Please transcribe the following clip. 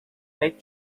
pek